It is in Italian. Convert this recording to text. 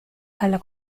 alla